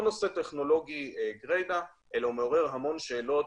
זה לא נושא טכנולוגי גרידא אלא הוא מעורר המון שאלות